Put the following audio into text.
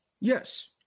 Yes